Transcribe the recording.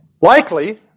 Likely